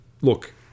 look